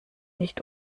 nicht